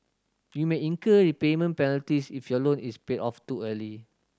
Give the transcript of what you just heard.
you may incur prepayment penalties if your loan is paid off too early